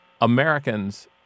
Americans